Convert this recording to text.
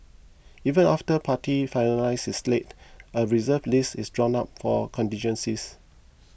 even after party finalises its slate a Reserve List is drawn up for contingencies